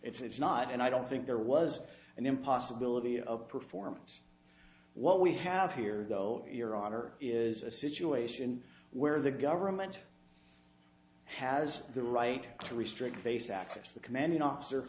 it's not and i don't think there was an impossibility of performance what we have here though your order is a situation where the government has the right to restrict face access the commanding officer